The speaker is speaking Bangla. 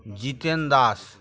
জিতেন দাস